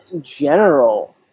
general